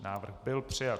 Návrh byl přijat.